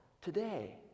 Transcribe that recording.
today